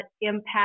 impact